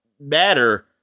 matter